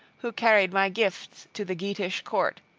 who carried my gifts to the geatish court,